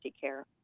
care